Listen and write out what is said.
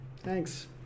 Thanks